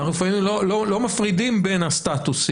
אנחנו לפעמים לא מפרידים בין הסטטוסים,